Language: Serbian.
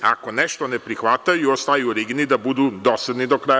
Ako nešto ne prihvataju i ostaju rigidni, da budu dosledni do kraja.